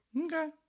Okay